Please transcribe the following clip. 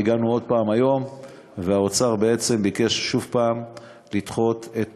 והגענו עוד פעם היום והאוצר ביקש שוב לדחות את